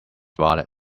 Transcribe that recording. valid